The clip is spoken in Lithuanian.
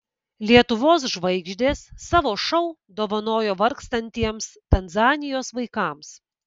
lietuvos žvaigždės savo šou dovanojo vargstantiems tanzanijos vaikams